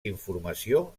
informació